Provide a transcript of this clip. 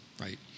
right